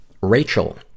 Rachel